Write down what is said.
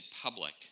public